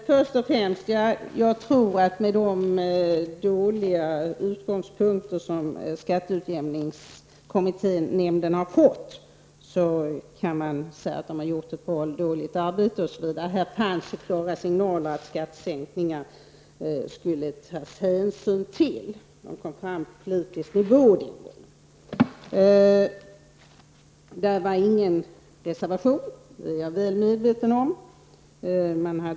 Fru talman! Först vill jag säga att jag tror att det inte går att, med de dåliga utgångspunkter som skatteutjämningsnämnden har haft, uttala sig om huruvida man har gjort ett bra arbete eller inte osv. Här fanns klara signaler om att hänsyn skulle tas till skattesänkningar. Men det fanns ingen reservation -- det är jag väl medveten om.